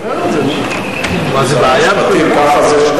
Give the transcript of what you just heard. אדוני שר